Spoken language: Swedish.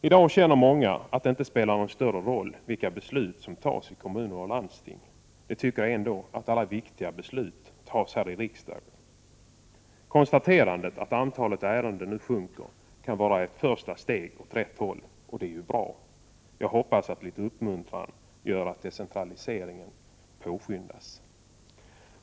I dag tycker många att det inte spelar någon roll vilka beslut som fattas i kommuner och landsting, eftersom alla viktiga beslut ändå fattas i riksdagen. Konstaterandet att antalet ärenden nu sjunker kan vara ett första steg åt rätt håll, och det är i så fall bra! Jag hoppas att litet uppmuntran gör att decentraliseringen påskyndas.